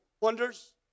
wonders